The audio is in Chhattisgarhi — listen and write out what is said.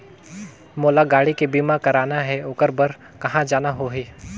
मोला गाड़ी के बीमा कराना हे ओकर बार कहा जाना होही?